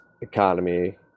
economy